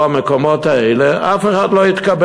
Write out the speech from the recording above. או המקומות האלה, אף אחד לא התקבל.